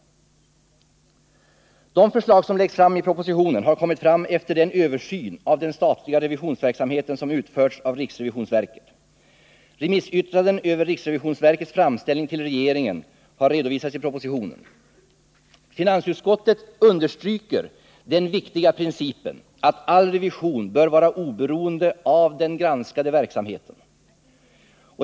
De förslag som läggs fram i propositonen har kommit fram efter den översyn av den statliga revisionsverksamheten som utförts av riksrevisionsverket. Remissyttranden över RRV:s framställning till regeringen redovisas i propositionen. Finansutskottet understryker den viktiga principen att all revision bör vara oberoende av den granskade verksamheten.